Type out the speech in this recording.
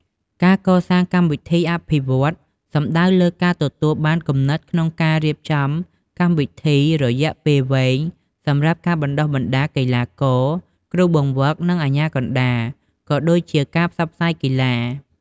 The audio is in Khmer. ការកសាងកម្មវិធីអភិវឌ្ឍន៍សំដៅលើការ ទទួលបានគំនិតក្នុងការរៀបចំកម្មវិធីរយៈពេលវែងសម្រាប់ការបណ្តុះបណ្តាលកីឡាករ គ្រូបង្វឹក និងអាជ្ញាកណ្តាល ក៏ដូចជាការផ្សព្វផ្សាយកីឡា។